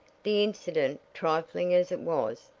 the incident, trifling as it was,